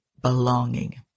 belonging